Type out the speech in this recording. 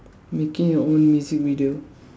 making your own music video